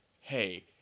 hey